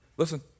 Listen